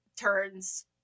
turns